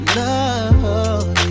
love